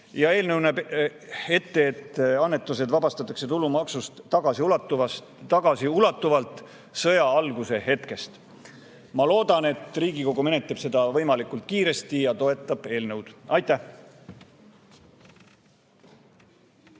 Eelnõuga nähakse ette, et annetused vabastatakse tulumaksust tagasiulatuvalt sõja alguse hetkest. Ma loodan, et Riigikogu menetleb seda eelnõu võimalikult kiiresti ja ka toetab seda. Aitäh!